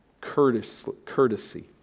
Courtesy